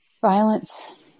violence